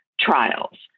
trials